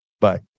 bye